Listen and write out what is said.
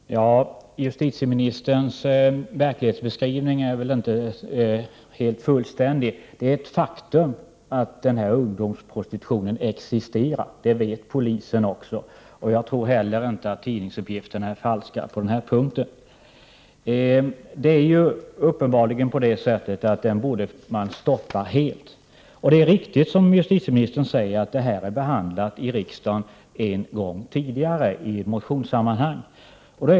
Herr talman! Justitieministerns verklighetsbeskrivning är väl inte alldeles fullständig. Det är ett faktum att ungdomsprostitutionen existerar — det vet polisen också, och jag tror inte heller att tidningsuppgifterna på den punkten är falska. Den borde man stoppa helt. Det är riktigt, som justitieministern säger, att den här frågan har behandlats i riksdagen en gång tidigare, nämligen i motionssammanhang.